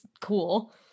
cool